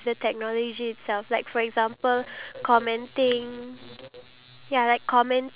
ipad or a tablet that technology itself wouldn't be able to